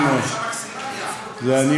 אלי, זה מה שדרש החוק.